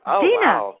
Dina